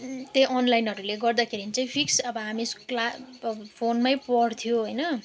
त्यही अनलाइनहरूले गर्दाखेरि चाहिँ फिक्स अब हामी क्लास फोनमा पढ्थ्यो होइन